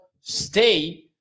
stay